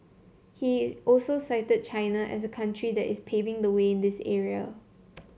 he also cited China as a country that is paving the way in this area